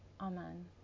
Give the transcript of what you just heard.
Amen